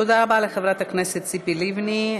תודה רבה לחברת הכנסת ציפי לבני.